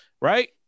right